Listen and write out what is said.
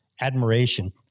admiration